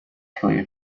clear